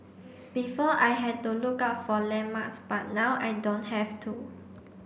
before I had to look out for landmarks but now I don't have to